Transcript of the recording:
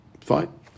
Fine